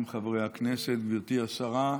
הכנסת, גברתי השרה,